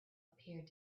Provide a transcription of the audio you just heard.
appeared